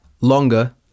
longer